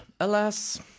Alas